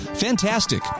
Fantastic